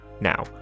Now